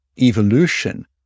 evolution